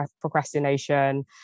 procrastination